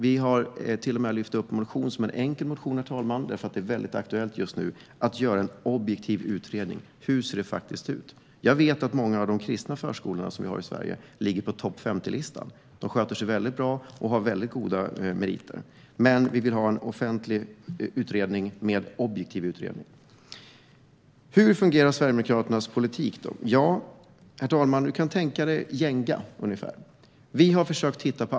Vi har till och med lyft upp en motion som en enkel motion, herr talman, för det är väldigt aktuellt just nu att göra en objektiv utredning av hur det faktiskt ser ut. Jag vet att många av de kristna förskolorna ligger på topp 50listan. De sköter sig väldigt bra och har väldigt goda meriter. Men vi vill ha en offentlig och objektiv utredning. Hur fungerar Sverigedemokraternas politik? Vi kan tänka oss Jenga.